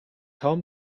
home